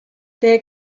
der